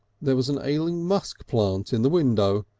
there was an ailing musk plant in the window,